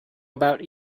about